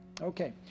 Okay